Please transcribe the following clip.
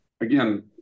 again